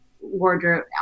wardrobe